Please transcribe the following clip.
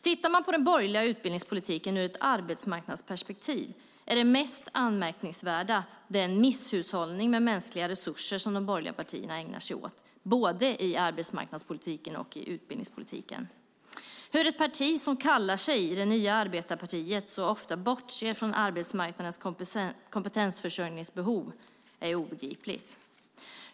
Tittar man på den borgerliga utbildningspolitiken ur ett arbetsmarknadsperspektiv är det mest anmärkningsvärda den misshushållning med mänskliga resurser som de borgerliga partierna ägnar sig åt både i arbetsmarknadspolitiken och i utbildningspolitiken. Hur ett parti som kallar sig det nya arbetarpartiet så ofta bortser från arbetsmarknadens kompetensförsörjningsbehov är obegripligt.